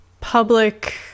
public